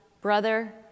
brother